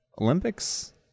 Olympics